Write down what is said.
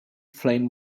flame